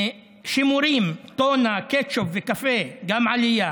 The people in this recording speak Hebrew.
שימורים, טונה, קטשופ וקפה, גם עלייה.